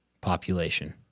population